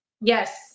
yes